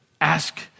ask